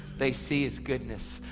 they see his goodness.